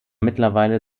mittlerweile